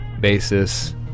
basis